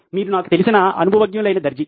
మీరు నాకు తెలిసిన అనుభవజ్ఞుడైన దర్జీ